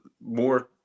more